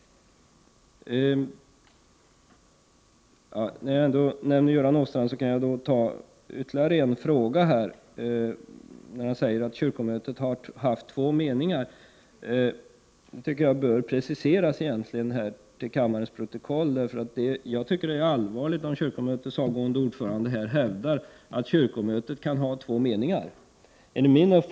Jag vill ställa ytterligare en fråga till Göran Åstrand. Han säger att kyrkomötet har haft två meningar. Det tycker jag egentligen bör preciseras till kammarens protokoll. Jag tycker det är allvarligt om kyrkomötets avgående ordförande här hävdar att kyrkomötet kan ha två meningar.